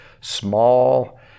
small